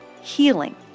healing